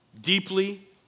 deeply